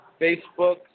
Facebook